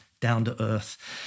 down-to-earth